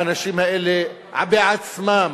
האנשים האלה עצמם